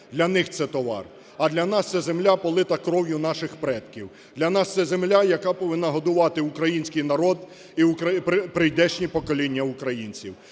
Для них це товар, а для нас це земля полита кров'ю наших предків, для нас це земля, яка повинна годувати український народ і прийдешні покоління українців.